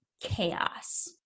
chaos